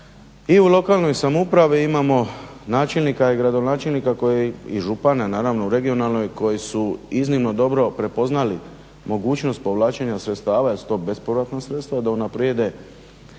i u lokalnoj samoupravi imamo načelnika i gradonačelnika i župana naravno u regionalnoj koji su iznimno dobro prepoznali mogućnost povlačenja sredstava jer su to bespovratna sredstva, da unaprijede